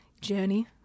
journey